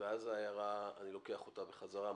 ואז אני לוקח את ההערה בחזרה,